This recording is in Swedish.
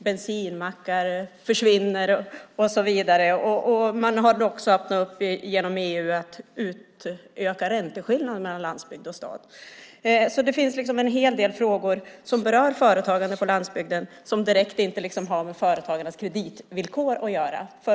Bensinmackar försvinner och så vidare. Man har också genom EU öppnat för utökade ränteskillnader mellan landsbygd och stat. Det finns alltså en hel del frågor som berör företagandet på landsbygden - frågor som inte direkt har med företagarnas kreditvillkor att göra.